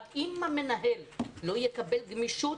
אם המנהל לא יקבל גמישות,